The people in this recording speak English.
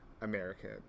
American